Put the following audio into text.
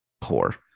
poor